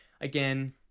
again